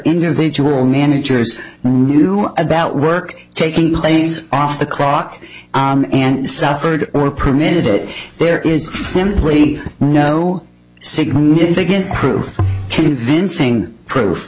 individual managers knew about work taking place off the clock and suffered or permitted it there is simply no significant proof convincing proof